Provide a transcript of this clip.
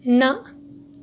نہَ